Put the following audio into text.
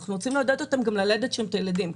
אנחנו רוצים גם לעודד אותם גם ללדת שם את הילדים.